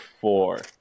four